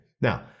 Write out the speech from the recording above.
Now